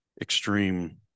extreme